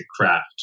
craft